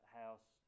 house